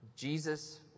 Jesus